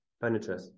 furniture